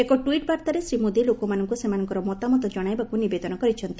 ଏକ ଟ୍ୱିଟ୍ ବାର୍ତ୍ତାରେ ଶ୍ରୀ ମୋଦି ଲୋକମାନଙ୍କୁ ସେମାନଙ୍କର ମତାମତ ଜଶାଇବାକୁ ନିବେଦନ କରିଛନ୍ତି